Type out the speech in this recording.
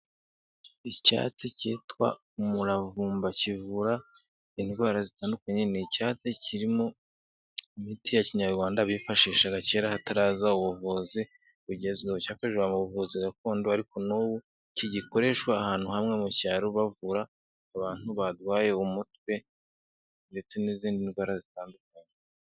Icyatsi cyitwa umuravumba kivura indwara zitandukanye, ni icyatsi kirimo imiti ya Kinyarwanda bifashishaga kera hataraza ubuvuzi bugezweho, cyakoreshwaga mu buvuzi gakondo ariko n'ubu kigikoreshwa ahantu hamwe mu cyaro, bavura abantu barwaye umutwe, ndetse n'izindi ndwara zitandukanye.